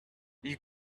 you